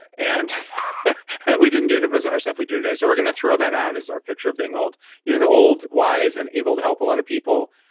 and we didn't do the bizarre stuff we do today so we're going to throw that out as our picture of being old you're the old wise and able to help a lot of people,